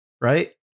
right